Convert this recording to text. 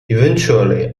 eventually